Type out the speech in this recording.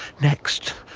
next,